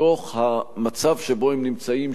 מתוך המצב שבו הם נמצאים,